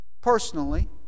personally